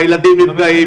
והילדים נפגעים.